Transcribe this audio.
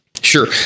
Sure